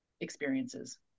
experiences